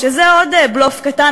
שזה עוד בלוף קטן,